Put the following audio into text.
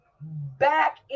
back